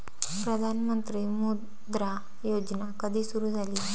प्रधानमंत्री मुद्रा योजना कधी सुरू झाली?